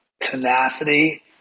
tenacity